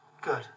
Good